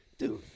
Dude